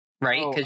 Right